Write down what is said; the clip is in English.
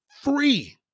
free